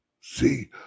See